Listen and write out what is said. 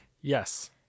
yes